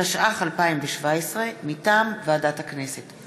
התשע"ח 2017, מטעם ועדת הכנסת.